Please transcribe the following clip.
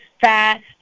fast